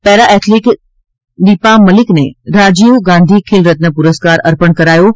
para athlete Deepa મલીકને રાજીવ ગાંધી ખેલરત્ન પ્રરસ્કાર અર્પણ કરાયો છે